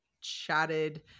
chatted